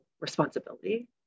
responsibility